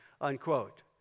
unquote